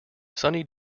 sunny